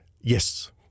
yes